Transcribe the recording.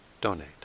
donate